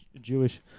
Jewish